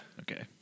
Okay